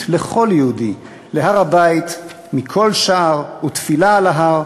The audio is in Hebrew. לכל יהודי להר-הבית מכל שער ותפילה על ההר,